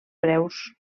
breus